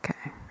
Okay